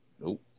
Nope